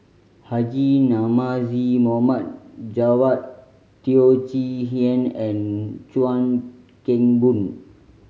Haji Namazie Mohd Javad Teo Chee Hean and Chuan Keng Boon